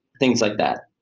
things like that.